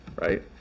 right